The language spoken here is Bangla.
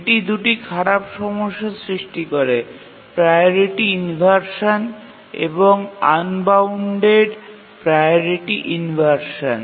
এটি দুটি খারাপ সমস্যা সৃষ্টি করে প্রাওরিটি ইনভারসান এবং আনবাউন্ডেড প্রাওরিটি ইনভারসান